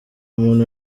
umuntu